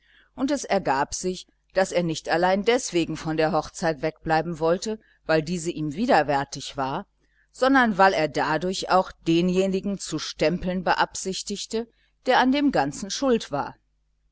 und es ergab sich daß er nicht allein deswegen von der hochzeit wegbleiben wollte weil diese ihm widerwärtig war sondern weil er dadurch auch denjenigen zu stempeln beabsichtigte der an dem ganzen schuld war